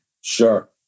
Sure